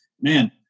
man